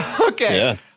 Okay